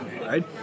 right